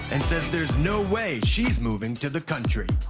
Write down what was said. and says there's no way she's moving to the country.